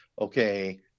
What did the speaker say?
okay